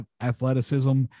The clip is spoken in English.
athleticism